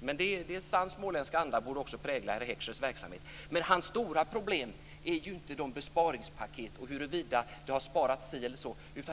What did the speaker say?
på framtiden. En sann småländsk anda borde också prägla herr Heckschers verksamhet. Men hans stora problem är inte besparingspaket eller huruvida det ska besparas så eller så mycket.